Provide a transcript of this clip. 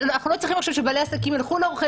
אנחנו לא צריכים עכשיו שבעלי העסקים ילכו לעורכי